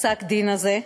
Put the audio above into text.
לפסק-הדין הזה,